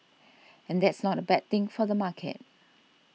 and that's not a bad thing for the market